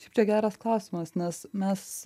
šiaip tai geras klausimas nes mes